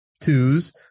twos